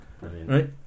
right